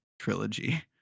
trilogy